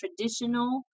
traditional